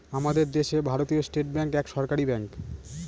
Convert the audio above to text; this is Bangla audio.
আমাদের দেশে ভারতীয় স্টেট ব্যাঙ্ক এক সরকারি ব্যাঙ্ক